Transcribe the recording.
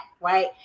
right